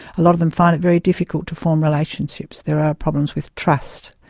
a lot of them find it very difficult to form relationships there are problems with trust,